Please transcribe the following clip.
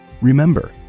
Remember